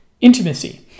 intimacy